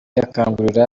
akangurira